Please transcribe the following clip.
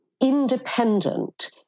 independent